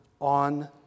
on